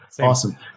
Awesome